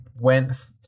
went